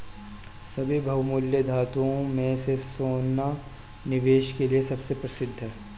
सभी बहुमूल्य धातुओं में से सोना निवेश के लिए सबसे प्रसिद्ध है